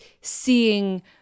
seeing